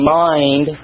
mind